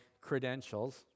credentials